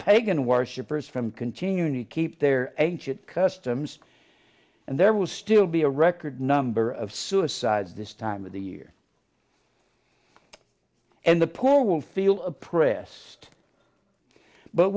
pagan worshippers from continuing to keep their ancient customs and there will still be a record number of suicides this time of the year and the poor will feel oppressed but